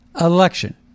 election